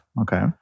Okay